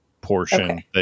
portion